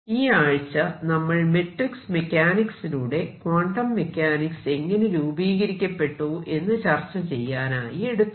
ഈ ആഴ്ച നമ്മൾ മെട്രിക് മെക്കാനിക്സിലൂടെ ക്വാണ്ടം മെക്കാനിക്സ് എങ്ങനെ രൂപീകരിക്കപ്പെട്ടു എന്ന് ചർച്ച ചെയ്യാനായി എടുത്തു